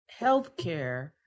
healthcare